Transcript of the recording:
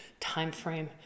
timeframe